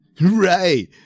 Right